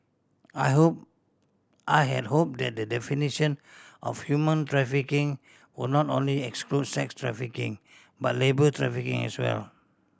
I hope I had hope that the definition of human trafficking would not only include sex trafficking but labour trafficking as well